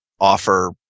offer